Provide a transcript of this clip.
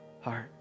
heart